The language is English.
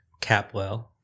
capwell